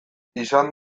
izan